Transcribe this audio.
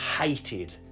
hated